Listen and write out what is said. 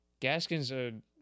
Gaskin's